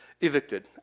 evicted